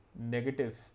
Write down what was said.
negative